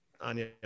anya